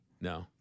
No